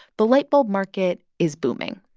the light bulb market is booming.